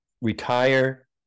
retire